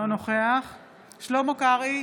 בעד שלמה קרעי,